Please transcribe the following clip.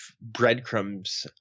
breadcrumbs